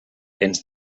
ens